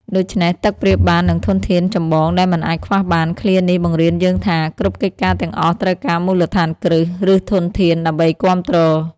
ដូច្នេះ ទឹកប្រៀបបាននឹងធនធានចម្បងដែលមិនអាចខ្វះបាន ឃ្លានេះបង្រៀនយើងថា គ្រប់កិច្ចការទាំងអស់ត្រូវការមូលដ្ឋានគ្រឹះ ឬធនធាន ដើម្បីគាំទ្រ។